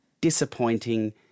disappointing